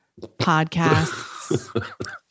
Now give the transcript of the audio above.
podcasts